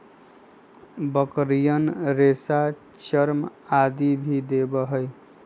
बकरियन रेशा, चर्म आदि भी देवा हई